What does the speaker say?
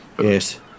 Yes